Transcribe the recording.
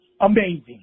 amazing